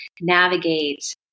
navigate